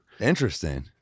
interesting